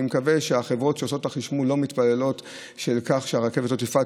אני מקווה שהחברות שעושות את החשמול לא מתפללות לכך שהרכבת לא תפעל,